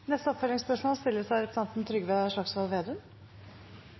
Trygve Slagsvold Vedum